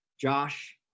josh